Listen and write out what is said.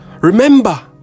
remember